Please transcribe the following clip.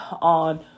on